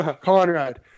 Conrad